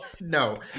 No